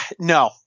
no